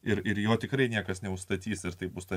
ir jo tikrai niekas neužstatys ir taip bus ta